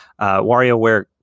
WarioWare